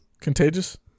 Contagious